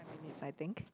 minutes I think